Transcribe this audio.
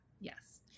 yes